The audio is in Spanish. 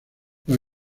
los